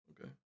Okay